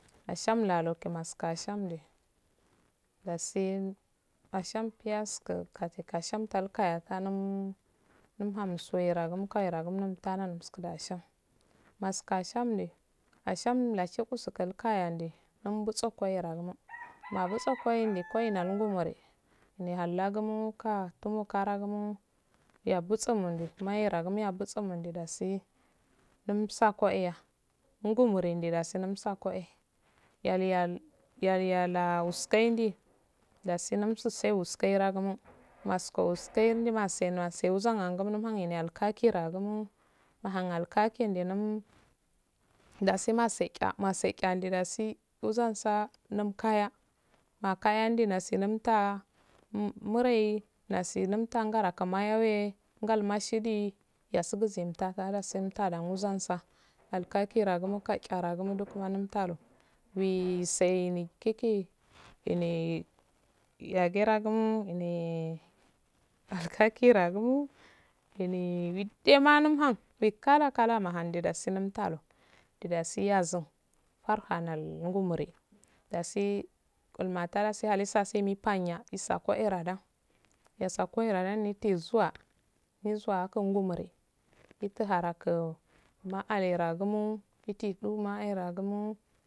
Shan lalo kummaskaskeh san dashi asham piyyasku kate kasham kateya kam ndamaha suwera gu ka wera gu umtara sido ashanmekashan skkayo ya eh bam base kora ngumari ne hallagumo kah tunmo karagu dubi vabbusu mndu maira gu yabussu mundu dasi yansakah yah su ingumanri mdu dasi kah eh yal bala skuwandi dasi kah eh yalbala skuwandi dasi ndamsi skkwengumo maskkowesmo dasi unsewase ra alkakura sumomo dowu alkaki mdunum daasi umshe ssha umshe ssha dasi uzamsa ndom kaya makaya inakay umdu dasu ndamtttah um umrre dasi ndamttahangara kumaye ngol mashindu gu umsha rogu umtalu wissainwe kikineh yagiraguo ineh alkaki raguko ileh willema umhun wai khala khala mahannndu dasi mdumtalu du dasi ozzum harr naual ngumni dasi ngolmatalah sohasin nipalawyye isah koh eraddan esa kureddan eeh zuwa mizuwa ngumur mitu haraku aauragumoh mitth duma maragumoh.